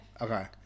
Okay